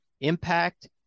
impact